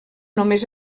només